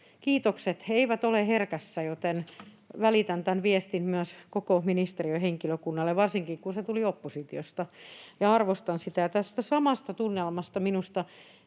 Kiitokset eivät ole herkässä, joten välitän tämän viestin myös koko ministeriön henkilökunnalle, varsinkin kun se tuli oppositiosta, ja arvostan sitä. Tästä samasta tunnelmasta minusta